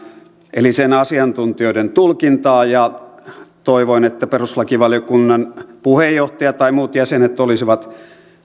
eli sen asiantuntijoiden tulkintaa ja toivoin että perustuslakivaliokunnan puheenjohtaja tai muut jäsenet olisivat